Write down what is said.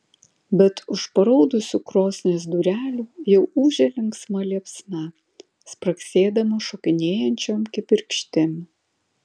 bet už paraudusių krosnies durelių jau ūžia linksma liepsna spragsėdama šokinėjančiom kibirkštim